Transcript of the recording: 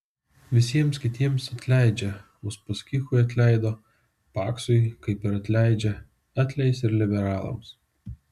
visiems kitiems atleidžia uspaskichui atleido paksui kaip ir atleidžia atleis ir liberalams